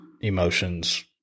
emotions